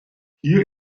hier